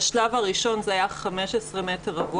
בשלב הראשון זה היה 15 מ"ר,